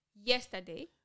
yesterday